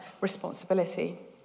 responsibility